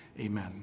Amen